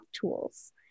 tools